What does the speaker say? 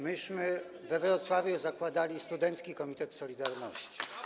myśmy we Wrocławiu zakładali studencki komitet „Solidarności”